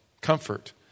comfort